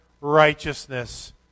righteousness